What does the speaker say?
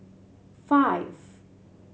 five